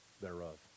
thereof